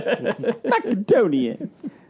Macedonian